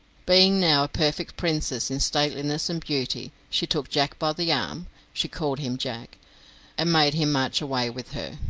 being now a perfect princess in stateliness and beauty, she took jack by the arm she called him jack and made him march away with her.